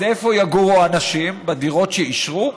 אז איפה יגורו אנשים, בדירות שאישרו?